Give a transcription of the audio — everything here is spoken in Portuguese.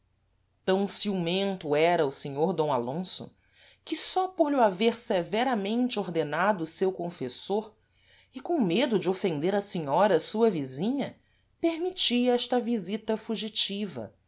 tam ciumento era o senhor d alonso que só por lho haver severamente ordenado o seu confessor e com medo de ofender a senhora sua vizinha permitia esta visita fugitiva